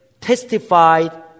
testified